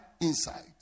inside